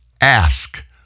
ask